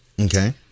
Okay